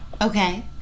Okay